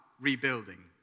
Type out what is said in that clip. rebuilding